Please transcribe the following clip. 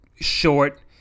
Short